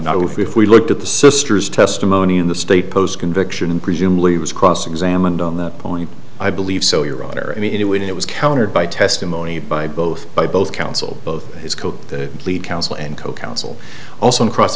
not if we looked at the sister's testimony in the state post conviction and presumably was cross examined on that point i believe so your honor i mean it would it was countered by testimony by both by both counsel both his coat the lead counsel and co counsel also in cross